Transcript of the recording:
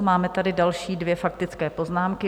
Máme tady další dvě faktické poznámky.